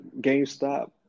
GameStop